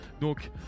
donc